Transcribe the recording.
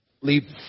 leave